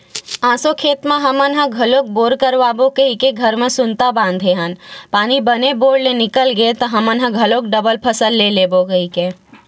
एसो खेत म हमन ह घलोक बोर करवाबो कहिके घर म सुनता बांधे हन पानी बने बोर ले निकल गे त हमन ह घलोक डबल फसल ले लेबो कहिके